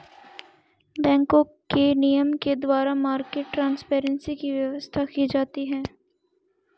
बैंकों के नियम के द्वारा मार्केट ट्रांसपेरेंसी की व्यवस्था की जाती है